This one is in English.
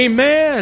Amen